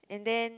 and then